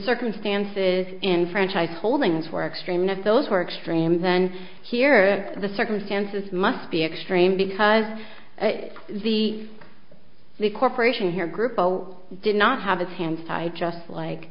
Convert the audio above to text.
circumstances in franchise holding for extreme if those were extreme then here are the circumstances must be extreme because the the corporation here grupo did not have its hands tied just like